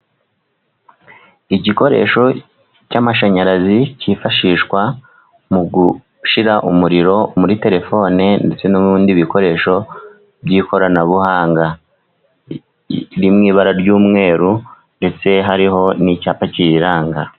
Igikoresho cy'amashanyarazi cyifashishwa mu gushyira umuriro muri telefoni, ndetse no mu bindi bikoresho by'ikoranabuhanga kiri mu ibara ry'umweru ndetse hariho n'icyapa kiyiranga.